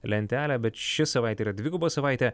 lentelę bet ši savaitė yra dviguba savaitė